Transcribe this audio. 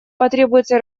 потребуется